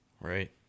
Right